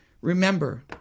Remember